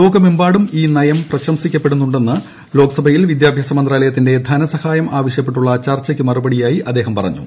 ലോകമെമ്പാടും ഈ നയം പ്രശംസിക്കപ്പെടുന്നുണ്ടെന്ന് ലോക് സഭയിൽ വിദ്യാഭ്യാസ മന്ത്രാലയത്തിന്റെ ധനസഹായം ആവശ്യപ്പെട്ടുള്ള ചർച്ചയ്ക്ക് മറുപടിയായി അദ്ദേഹം പറഞ്ഞു